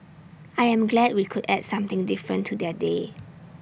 I am glad we could add something different to their day